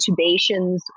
intubations